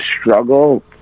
struggle